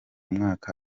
mwaka